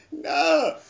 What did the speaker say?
No